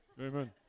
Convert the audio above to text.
Amen